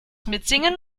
mitsingen